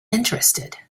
interested